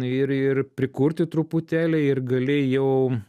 ir ir prikurti truputėlį ir gali jau